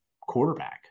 quarterback